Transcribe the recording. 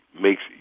makes